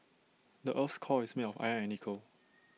the Earth's core is made of iron and nickel